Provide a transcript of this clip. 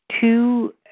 two